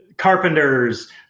carpenters